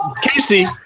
Casey